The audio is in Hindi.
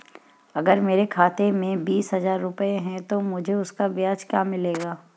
अगर मेरे खाते में बीस हज़ार रुपये हैं तो मुझे उसका ब्याज क्या मिलेगा?